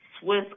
Swiss